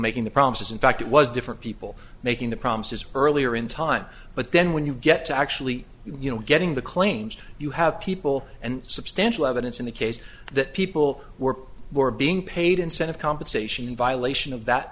making the problems in fact it was different people making the promises earlier in time but then when you get to actually you know getting the claims you have people and substantial evidence in the case that people were were being paid incentive compensation in violation of that